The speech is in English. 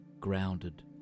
grounded